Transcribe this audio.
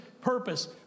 purpose